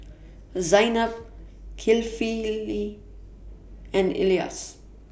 Zaynab Kefli and Elyas